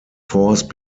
force